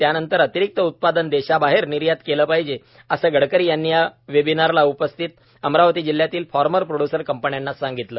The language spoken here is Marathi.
त्यानंतर अतिरिक्त उत्पादन देशाबाहेर निर्यात केले पाहिजे असे गडकरी यांनी या वेबिनारला उपस्थित अमरावती जिल्ह्यातील फार्मर प्रोड्य्सर कंपन्यांना सांगितले